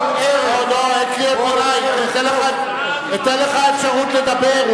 כל ערך, אתן לך אפשרות לדבר.